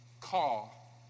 call